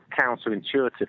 counterintuitive